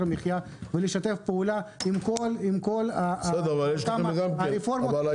המחיה ולשתף פעולה עם כל אותן הרפורמות,